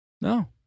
No